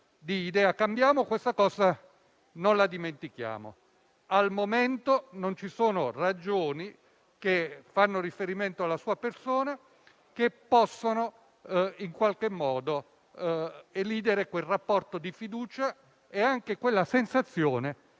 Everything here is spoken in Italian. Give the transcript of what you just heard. Cambiamo questo non lo dimentichiamo. Al momento non ci sono ragioni che fanno riferimento alla sua persona che possano in qualche modo elidere quel rapporto di fiducia e anche la sensazione